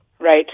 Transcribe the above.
Right